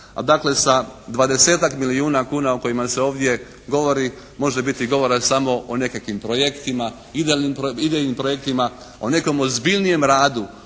dvadesetak milijuna kuna o kojima se ovdje govori može biti govora samo o nekakvim projektima, idejnim projektima, o nekom ozbiljnijem radu,